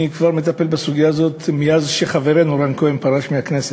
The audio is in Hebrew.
אני מטפל בסוגיה הזאת מאז שחברנו רן כהן פרש מהכנסת.